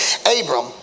Abram